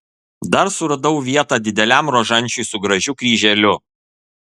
dar suradau vietą dideliam rožančiui su gražiu kryželiu